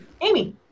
Amy